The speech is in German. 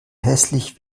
hässlich